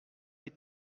les